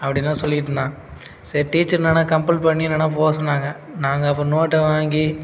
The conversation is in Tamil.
அப்படின்லாம் சொல்லிகிட்ருந்தான் சரி டீச்சர் என்னான்னால் கம்ப்பல் பண்ணி என்னன்னால் போக சொன்னாங்க நாங்கள் அப்புறம் நோட்டை வாங்கி